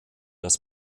das